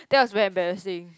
that was very embarrassing